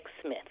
Smith